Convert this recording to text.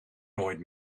nooit